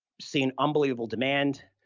seeing unbelievable demand.